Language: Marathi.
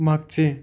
मागचे